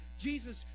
Jesus